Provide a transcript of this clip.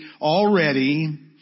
already